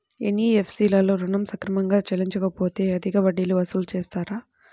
NBFC లలో ఋణం సక్రమంగా చెల్లించలేకపోతె అధిక వడ్డీలు వసూలు చేస్తారా?